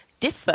differ